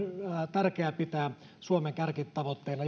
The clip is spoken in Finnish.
tärkeää pitää suomen kärkitavoitteina